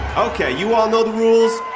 ok. you all know the rules.